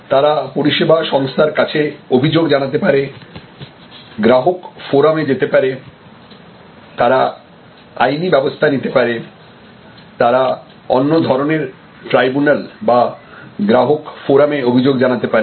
তারা পরিষেবা সংস্থার কাছে অভিযোগ জানাতে পারে গ্রাহক ফোরাম যেতে পারে তারা আইনি ব্যাবস্থা নিতে পারে তারা অন্য ধরনের ট্রাইবুনাল ব গ্রাহক ফোরামে অভিযোগ জানাতে পারে